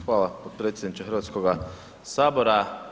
Hvala potpredsjedniče Hrvatskoga sabora.